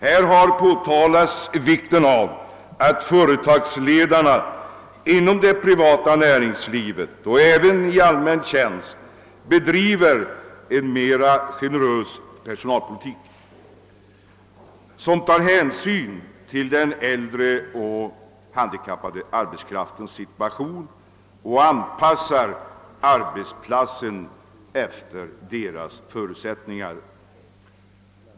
Det har sålunda talats om vikten av att företagsledare i det privata närings: livet och även i allmän tjänst bedriver en mera generös personalpolitik, som tar hänsyn till den äldre och den handikappade arbetskraftens situation och anpassar arbetsplatsen efter den arbetskraftens förutsättningar.